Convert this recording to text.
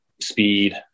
speed